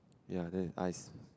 ya then with ice